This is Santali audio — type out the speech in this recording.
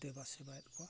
ᱫᱮᱵᱟ ᱥᱮᱵᱟᱭᱮᱫ ᱠᱚᱣᱟ